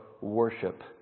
worship